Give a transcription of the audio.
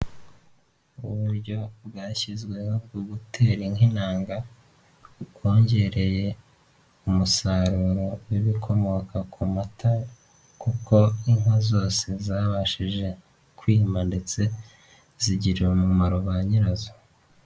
Uburyo bwashyizweho bwo gutera inka intanga bwongereye umusaruro w'ibikomoka ku mata kuko inka zose zabashije kwima ndetse zigirira umumaro ba nyirazo.